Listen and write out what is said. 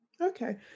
okay